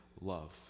love